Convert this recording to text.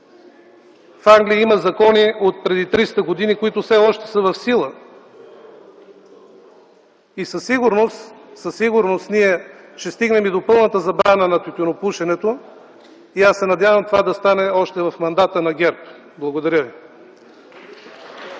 В Англия има закони отпреди 300 години, които все още са в сила. Със сигурност ние ще стигнем и до пълната забрана на тютюнопушенето – аз се надявам това да стане още в мандата на ГЕРБ. Благодаря ви.